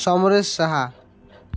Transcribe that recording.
Samresh Saha